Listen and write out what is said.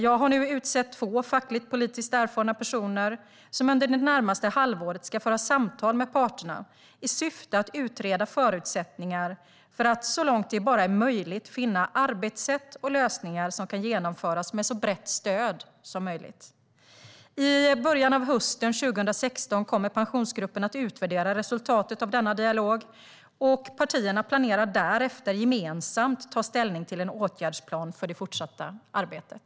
Jag har nu utsett två fackligt och politiskt erfarna personer som under det närmaste halvåret ska föra samtal med parterna i syfte att utreda förutsättningar för att så långt det bara är möjligt finna arbetssätt och lösningar som kan genomföras med så brett stöd som möjligt. I början av hösten 2016 kommer Pensionsgruppen att utvärdera resultatet av denna dialog, och partierna planerar därefter att gemensamt ta ställning till en åtgärdsplan för det fortsatta arbetet.